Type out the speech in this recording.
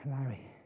Larry